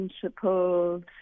principles